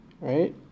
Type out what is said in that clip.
right